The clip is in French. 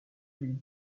lui